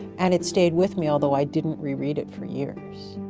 and it stayed with me although i didn't reread it for years.